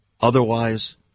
Otherwise